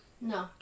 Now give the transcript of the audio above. No